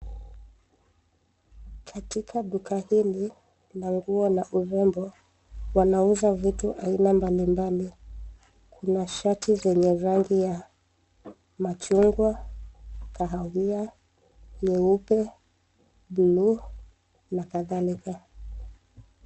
Katika duka hili la nguo na urembo wanauza vitu aina mbalimbali. Kuna shati zenye rangi ya machungwa, kahawia, nyeupe, buluu, na kadhalika.